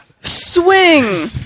Swing